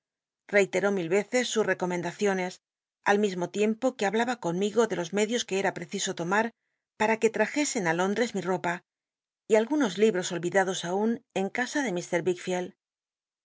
tui l eces su recomendaciones al mi mo tiempo que hablaba conmigo de los medios juc era preciso tomar para que trajesen á lóndres mi ropa y algunos liblos ohidados aun en casa ele